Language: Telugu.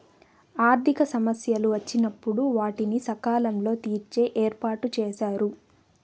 ఆర్థిక సమస్యలు వచ్చినప్పుడు వాటిని సకాలంలో తీర్చే ఏర్పాటుచేశారు